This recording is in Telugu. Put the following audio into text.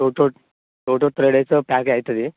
two two two two three డేస్లో ప్యాకీ అవుతుంది